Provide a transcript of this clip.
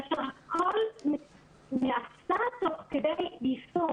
מה שאת מדברת עליו, כל בני הנוער אמורים לפגוש?